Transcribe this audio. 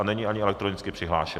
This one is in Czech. A není ani elektronicky přihlášen.